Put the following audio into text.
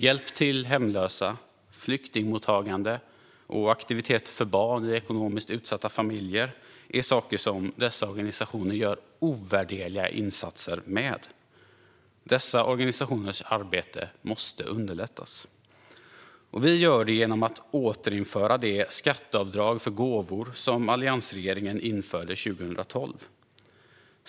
Hjälp till hemlösa, flyktingmottagande och aktiviteter för barn i ekonomiskt utsatta familjer är saker som dessa organisationer gör ovärderliga insatser med. Dessa organisationers arbete måste underlättas. Vi gör det genom att återinföra det skatteavdrag för gåvor som alliansregeringen införde 2012.